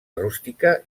rústica